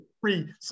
free